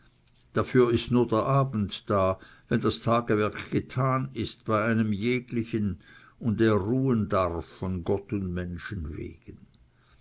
dafür ist nur der abend da wenn das tagewerk getan ist bei einem jeglichen und er ruhen darf von gott und menschen wegen